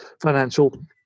financial